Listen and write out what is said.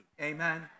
Amen